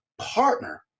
partner